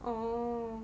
oh